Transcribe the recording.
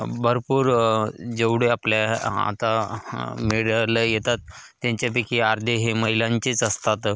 भरपूर जेवढे आपल्या आता मेडल येतात त्यांच्यापैकी अर्धे हे महिलांचेच असतात